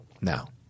now